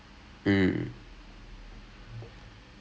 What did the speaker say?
cannot [what] you you is is just that